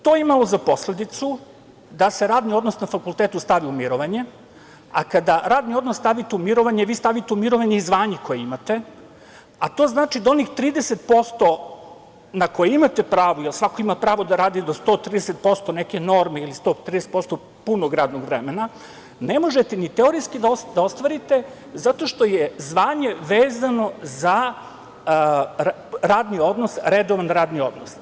To je imalo za posledicu da se radni odnos na fakultetu stavi u mirovanje, a kada radni odnos stavite u mirovanje, vi stavite u mirovanje i zvanje koje imate, a to znači da onih 30% na koje imate pravo, jer svako ima pravo da radi do 130% neke norme ili 130% punog radnog vremena, ne možete ni teorijski da ostvarite zato što je zvanje vezano za redovan radni odnos.